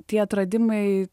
tie atradimai